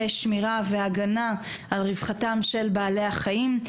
שמירה והגנה על רווחתם של בעלי החיים.